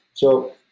so,